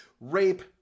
rape